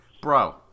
bro